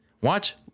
watch